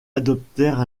adoptèrent